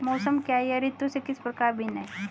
मौसम क्या है यह ऋतु से किस प्रकार भिन्न है?